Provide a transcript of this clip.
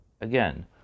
again